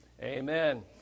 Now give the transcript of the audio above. amen